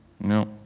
No